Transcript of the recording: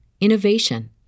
innovation